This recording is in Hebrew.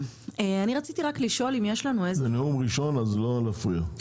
זה נאום ראשון אז לא להפריע.